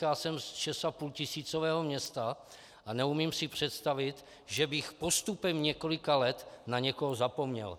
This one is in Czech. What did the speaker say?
Já jsem ze 6,5tisícového města a neumím si představit, že bych postupem několika let na někoho zapomněl.